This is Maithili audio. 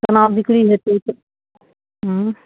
कोना बिक्री हेतै